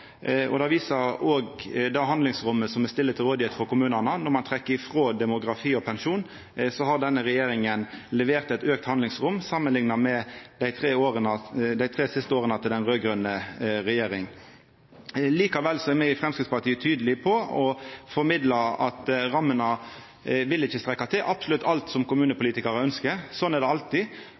resultat. Det viser òg at det handlingsrommet som me stiller til rådigheit for kommunane, når ein trekkjer frå demografi og pensjon, har auka med denne regjeringa samanlikna med dei tre siste åra til den raud-grøne regjeringa. Likevel er me i Framstegspartiet tydelege på å formidla at rammene ikkje vil strekkja til til absolutt alt som kommunepolitikarane ønskjer. Sånn er det alltid,